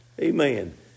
Amen